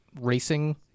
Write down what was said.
racing